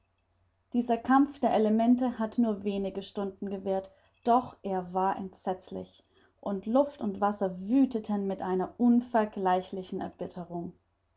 dieser kampf der elemente hat nur wenige stunden gewährt doch er war entsetzlich und luft und wasser wütheten mit einer unvergleichlichen erbitterung